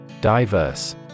Diverse